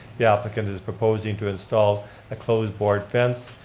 yeah applicant is proposing to install a close board fence,